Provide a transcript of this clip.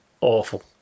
awful